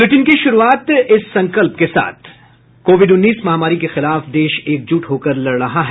bulletin की शुरूआत से पहले ये संकल्प कोविड उन्नीस महामारी के खिलाफ देश एकजुट होकर लड़ रहा है